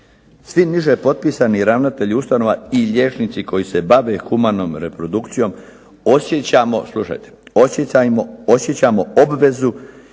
Svi niže potpisani ravnatelji ustanova i liječnici koji se bave humanom reprodukcijom osjećamo,